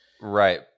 right